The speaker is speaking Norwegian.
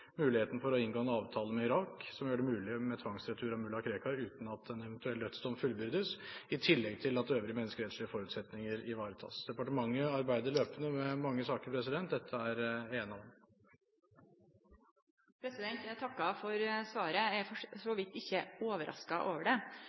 muligheten for å inngå en avtale med Irak som gjør det mulig med tvangsretur av mulla Krekar uten at en eventuell dødsdom fullbyrdes, i tillegg til at øvrige menneskerettslige forutsetninger ivaretas. Departementet arbeider løpende med mange saker. Dette er én av dem. Eg takkar for svaret. Eg er for så vidt ikkje overraska over det.